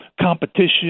competition